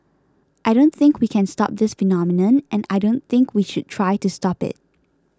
I don't think we can stop this phenomenon and I don't think we should try to stop it